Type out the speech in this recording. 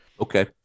Okay